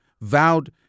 vowed